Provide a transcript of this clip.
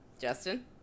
Justin